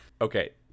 Okay